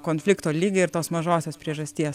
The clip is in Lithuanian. konflikto lygiai ir tos mažosios priežasties